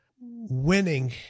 winning